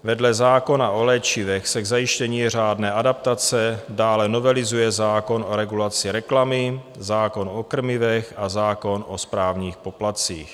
Vedle zákona o léčivech se k zajištění řádné adaptace dále novelizuje zákon o regulaci reklamy, zákon o krmivech a zákon o správních poplatcích.